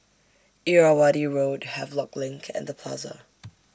Irrawaddy Road Havelock LINK and The Plaza